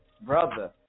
Brother